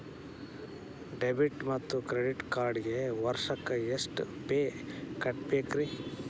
Debit ಮತ್ತು credit ಕಾರ್ಡ್ಗೆ ವರ್ಷಕ್ಕ ಎಷ್ಟ ಫೇ ಕಟ್ಟಬೇಕ್ರಿ?